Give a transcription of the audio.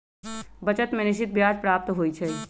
बचत में निश्चित ब्याज प्राप्त होइ छइ